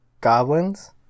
goblins